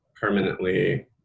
permanently